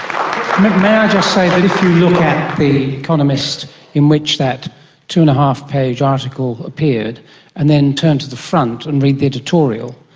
um the economist in which that two-and-a-half page article appeared and then turn to the front and read the editorial,